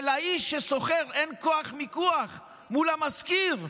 ולאיש ששוכר אין כוח מיקוח מול המשכיר?